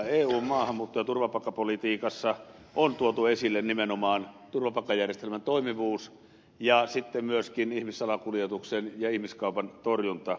eun maahanmuutto ja turvapaikkapolitiikassa on tuotu esille nimenomaan turvapaikkajärjestelmän toimivuus ja sitten myöskin ihmissalakuljetuksen ja ihmiskaupan torjunta